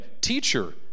Teacher